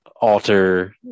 alter